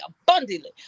abundantly